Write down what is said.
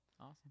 awesome